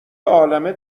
عالمه